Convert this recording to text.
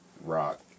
rock